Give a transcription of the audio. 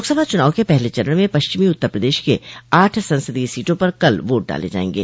लोकसभा चुनाव के पहले चरण में पश्चिमी उत्तर प्रदेश के आठ संसदीय सीटों पर कल वोट डाले जायेंगे